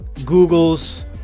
Google's